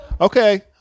Okay